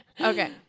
Okay